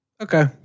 Okay